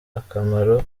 akamaro